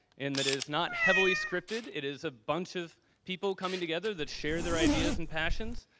in that is not heavily scripted. it is a bunch of people coming together that share their ideas and passions.